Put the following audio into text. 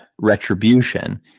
retribution